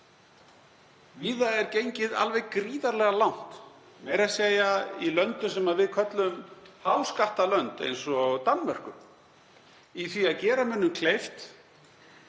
Víða er gengið alveg gríðarlega langt, meira að segja í löndum sem við köllum háskattalönd, eins og í Danmörku, í því að gera mönnum kleift